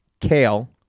kale